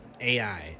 AI